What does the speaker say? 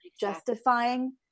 justifying